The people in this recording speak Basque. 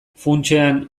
funtsean